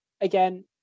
again